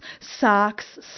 socks